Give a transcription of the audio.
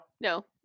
No